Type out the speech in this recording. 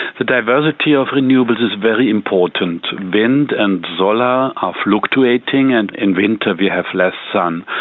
the diversity of renewables is very important. wind and solar are fluctuating, and in winter we have less sun.